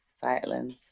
silence